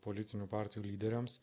politinių partijų lyderiams